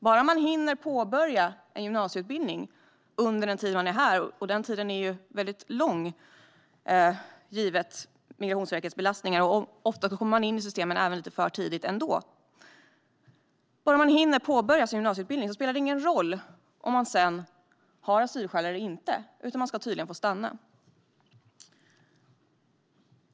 Bara man hinner påbörja en gymnasieutbildning under den tid man är här - och den tiden är lång, givet Migrationsverkets belastning, och ofta kommer man in i systemen lite för tidigt ändå - spelar det ingen roll om man sedan har asylskäl eller inte. Man ska tydligen få stanna.